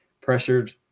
pressured